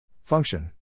Function